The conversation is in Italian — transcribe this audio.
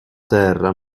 terra